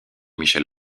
michel